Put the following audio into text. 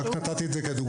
רק נתתי את זה כדוגמה.